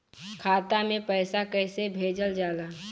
खाता में पैसा कैसे भेजल जाला?